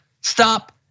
stop